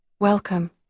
Welcome